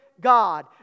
God